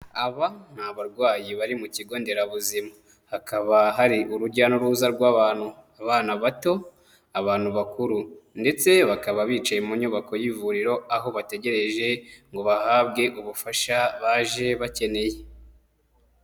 Aba ni abarwayi bari mu kigo nderabuzima, hakaba hari urujya n'uruza rw'abantu, abana bato, abantu bakuru ndetse bakaba bicaye mu nyubako y'ivuriro, aho bategereje ngo bahabwe ubufasha baje bakeneye.